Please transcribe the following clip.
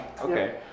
Okay